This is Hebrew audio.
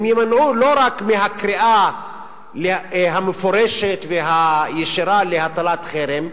הם יימנעו לא רק מהקריאה המפורשת והישירה להטלת חרם,